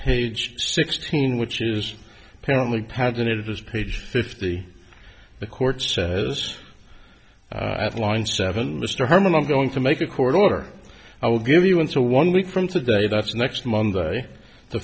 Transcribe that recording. page sixteen which is apparently paginated this page fifty the court says line seven mr herman i'm going to make a court order i will give you one so one week from today that's next monday to